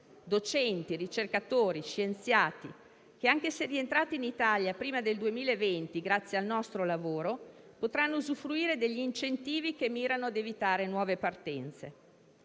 docenti, ricercatori e scienziati che, anche se rientrati in Italia prima del 2020 grazie al nostro lavoro, potranno usufruire degli incentivi che mirano ad evitare nuove partenze.